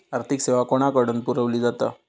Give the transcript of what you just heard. आर्थिक सेवा कोणाकडन पुरविली जाता?